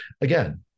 Again